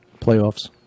Playoffs